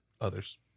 others